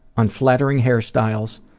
unflattering hairstyles,